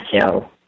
show